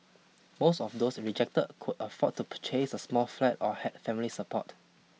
most of those rejected could afford to purchase a small flat or had family support